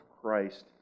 Christ